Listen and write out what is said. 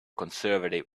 conservative